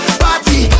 party